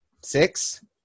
six